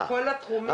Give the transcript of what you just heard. בכל התחומים.